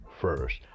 first